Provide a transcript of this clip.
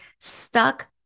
stuck